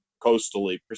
coastally